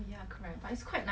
salted egg